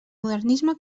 modernisme